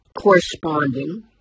corresponding